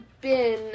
been-